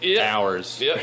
hours